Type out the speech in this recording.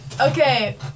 Okay